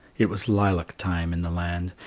it was lilac-time in the land,